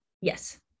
Yes